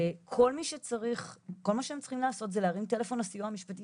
כל מה שהם צריכים לעשות זה להרים טלפון לסיוע המשפטי